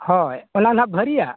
ᱦᱳᱭ ᱚᱱᱟ ᱱᱟᱦᱟᱜ ᱵᱷᱟᱹᱨᱤᱭᱟᱜ